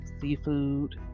seafood